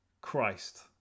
Christ